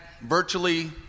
virtually